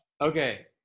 Okay